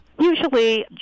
usually